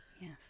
Yes